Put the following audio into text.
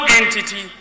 entity